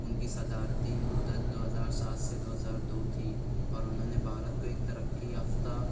ان کی صدارتی مدّت دو ہزار سات سے دو ہزار دو تھی اور انہوں نے بھارت کو ایک ترقی یافتہ